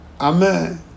Amen